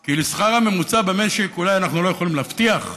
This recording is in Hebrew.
כי את השכר הממוצע במשק אולי אנחנו לא יכולים להבטיח,